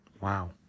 Wow